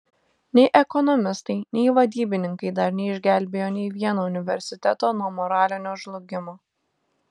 nei ekonomistai nei vadybininkai dar neišgelbėjo nei vieno universiteto nuo moralinio žlugimo